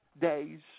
days